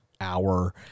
hour